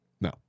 No